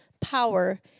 power